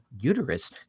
uterus